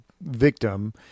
victim